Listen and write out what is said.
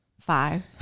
five